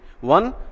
one